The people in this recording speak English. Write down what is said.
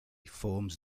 forms